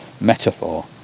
metaphor